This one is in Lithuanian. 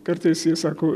kartais jie sako